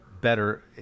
better